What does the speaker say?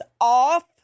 off